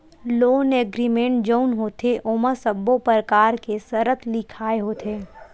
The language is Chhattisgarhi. लोन एग्रीमेंट जउन होथे ओमा सब्बो परकार के सरत लिखाय होथे